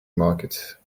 market